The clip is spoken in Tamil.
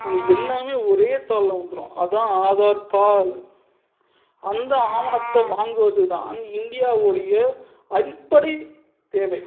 அங்கே எல்லாமே ஒரே தாளில் வந்துடும் அதுதான் ஆதார் தாள் அந்த ஆவணத்தை வாங்குவதுதான் இந்தியாவோடைய அடிப்படை தேவை